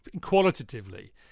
qualitatively